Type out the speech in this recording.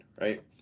right